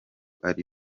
ari